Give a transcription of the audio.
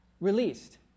released